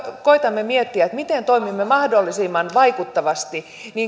koetamme miettiä miten toimimme mahdollisimman vaikuttavasti